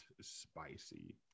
spicy